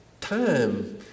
time